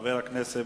חבר הכנסת